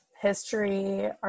history